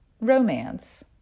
romance